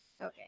okay